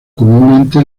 comúnmente